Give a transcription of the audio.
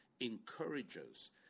encourages